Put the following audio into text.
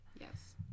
Yes